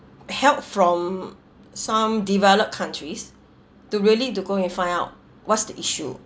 help from some developed countries to really to go and find out what's the issue